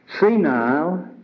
senile